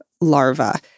larva